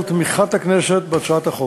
אודה על תמיכת הכנסת בהצעת החוק.